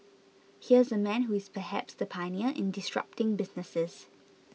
here's a man who is perhaps the pioneer in disrupting businesses